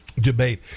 debate